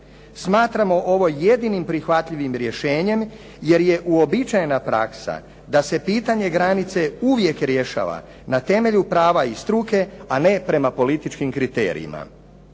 Smatramo ovo jedinim prihvatljivim rješenjem jer je uobičajena praksa da se pitanje granice uvijek rješava na temelju prava i struke, a ne prema političkim kriterijima.